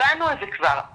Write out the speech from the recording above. הבנו את זה כבר.